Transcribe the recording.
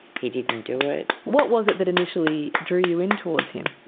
he didn't do it. what was it that initially drew you in towards him?